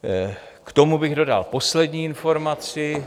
K tomu bych dodal poslední informaci.